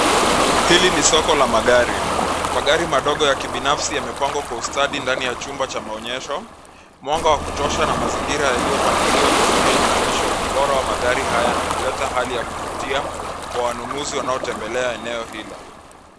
Hili ni soko la magari. Magari madogo ya kibinafsi yamepangwa kwa ustadi ndani ya chumba cha maonyesho. Mwanga wa kutosha na mazingira yaliopangiliwa vizuri yanaonyeshwa ubora wa magari haya na kuleta hali ya kuvutia kwa wanunuzi wanaotembelea eneo hilo.